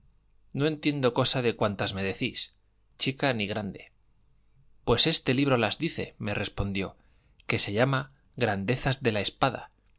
no entiendo cosa de cuantas me decís chica ni grande pues este libro las dice me respondió que se llama grandezas de la espada